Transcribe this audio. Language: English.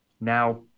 now